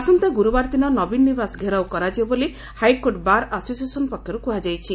ଆଇନ ଗୁରୁବାର ଦିନ ନବୀନ ନିବାସ ଘେରାଉ କରାଯିବ ବୋଲି ହାଇକୋର୍ଟ ବାର୍ ଆସୋସିଏସନ୍ ପକ୍ଷର୍ କୁହାଯାଇଛି